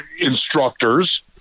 instructors